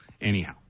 Anyhow